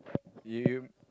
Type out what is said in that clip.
you